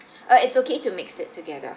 uh it's okay to mix it together